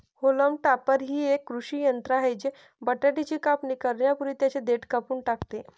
haulm topper हे एक कृषी यंत्र आहे जे बटाट्याची कापणी करण्यापूर्वी त्यांची देठ कापून टाकते